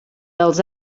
dels